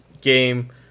game